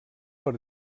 per